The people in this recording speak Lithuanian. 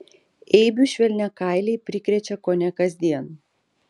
eibių švelniakailiai prikrečia kone kasdien